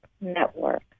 Network